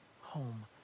home